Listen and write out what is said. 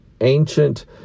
ancient